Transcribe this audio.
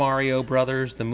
mario brothers the